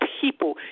people